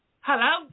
Hello